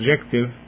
objective